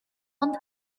ond